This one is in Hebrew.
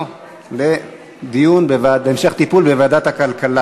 הרכבה וסדרי עבודתה),